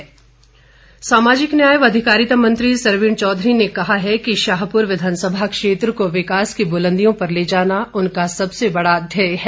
सरवीण चौधरी सामाजिक न्याय व अधिकारिता मंत्री सरवीण चौधरी ने कहा है कि शाहप्र विधानसभा क्षेत्र को विकास की बुलंदियों पर ले जाना उनका सबसे बड़ा ध्येय है